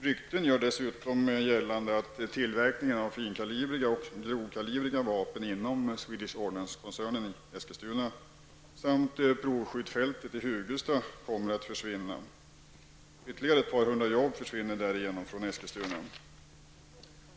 Rykten gör dessutom gällande att tillverkningen av finkalibriga och grovkalibriga vapen inom Swedish Ordnancekoncernen i Eskilstuna samt provskjutfältet i Hugelsta kommer att försvinna. Ytterligare ett par hundra jobb försvinner därigenom från Eskilstuna.